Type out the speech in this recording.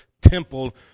temple